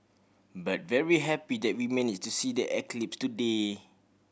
but very happy that we manage to see the eclipse today